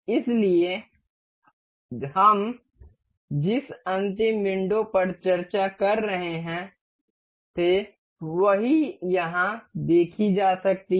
इसलिए हम जिस अंतिम विंडो पर चर्चा कर रहे थे वही यहां देखी जा सकती है